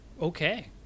Okay